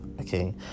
okay